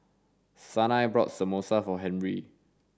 Sanai bought Samosa for Henri